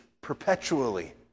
perpetually